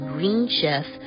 GreenChef